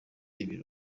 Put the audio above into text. ibiro